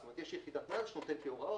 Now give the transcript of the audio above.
זאת אומרת יש יחידת נת"א שנותנת לי הוראות,